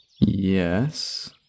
Yes